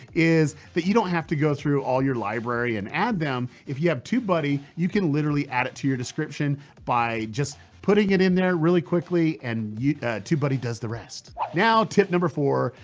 is that you don't have to go through all your library and add them. if you have tubebuddy, you can literally add it to your description by just putting it in there really quickly and tubebuddy does the rest. now tip number four.